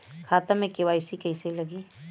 खाता में के.वाइ.सी कइसे लगी?